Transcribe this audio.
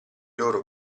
loro